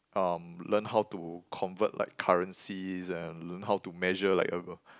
um learn how to convert like currencies and learn how to measure like a